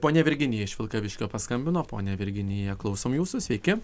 ponia virginija iš vilkaviškio paskambino ponia virginija klausom jūsų sveiki